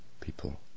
people